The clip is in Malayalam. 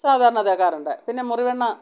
സാധാരണ തേക്കാറുണ്ട് പിന്നെ മുറിവെണ്ണ